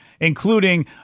including